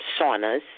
Saunas